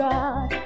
God